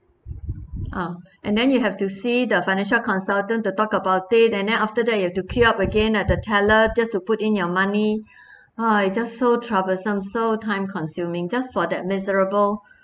ah and then you have to see the financial consultant to talk about it and then after that you have to queue up again at the teller just to put in your money !hais! just so troublesome so time consuming just for that miserable